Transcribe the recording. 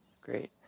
great